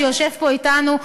שיושב פה אתנו,